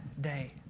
day